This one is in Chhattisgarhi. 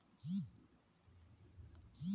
किसान मन अपन अपन घरे एकक गोट बियासी नांगर राखबे करथे